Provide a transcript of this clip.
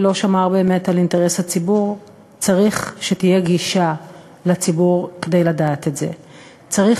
אני שמחה מאוד להביא לקריאה ראשונה תיקון לחוק הפסיכולוגים,